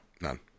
none